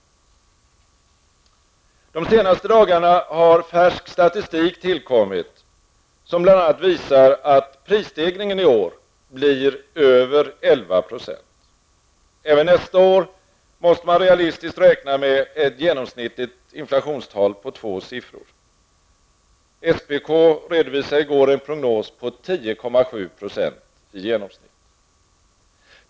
De senaste dagarna har färsk statistik tillkommit, som bl.a. visar att prisstegringen i år blir över 11 %. Även nästa år måste man realistiskt räkna med ett genomsnittligt inflationstal på två siffror. SPK redovisade i går en prognos på i genomsnitt 10,7 %.